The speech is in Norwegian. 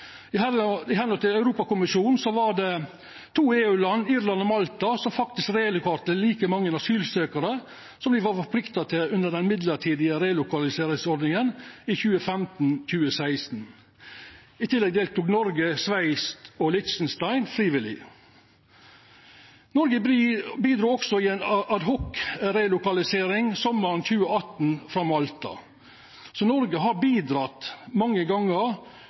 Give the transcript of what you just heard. Europakommisjonen var det to EU-land, Irland og Malta, som faktisk relokerte like mange asylsøkjarar som me var forplikta til under den midlertidige relokaliseringsordninga i 2015–2016. I tillegg deltok Noreg, Sveits og Liechtenstein frivillig. Noreg bidrog også i ei adhocrelokalisering frå Malta sommaren 2018. Så Noreg har bidrege mange gongar,